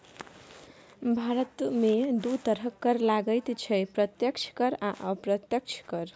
भारतमे दू तरहक कर लागैत छै प्रत्यक्ष कर आ अप्रत्यक्ष कर